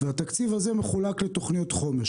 והתקציב הזה מחולק לתוכניות חומש.